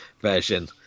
version